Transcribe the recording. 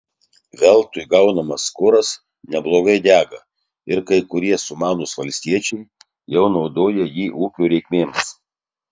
veltui gaunamas kuras neblogai dega ir kai kurie sumanūs valstiečiai jau naudoja jį ūkio reikmėms